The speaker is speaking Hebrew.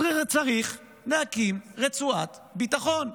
צריך להקים רצועת ביטחון.